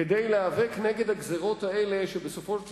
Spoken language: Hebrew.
כדי להיאבק יחד בגזירות האלה שבסופו של